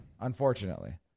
unfortunately